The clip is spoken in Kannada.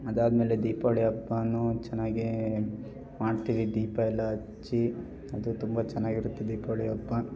ಅದಾದ್ಮೇಲೆ ದೀಪಾವಳಿ ಹಬ್ಬನೂ ಚೆನ್ನಾಗೇ ಮಾಡ್ತೀವಿ ದೀಪ ಎಲ್ಲ ಹಚ್ಚಿ ಅದು ತುಂಬ ಚೆನ್ನಾಗಿರುತ್ತೆ ದೀಪಾವಳಿ ಹಬ್ಬ